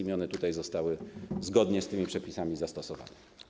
I one tutaj zostały zgodnie z tymi przepisami zastosowane.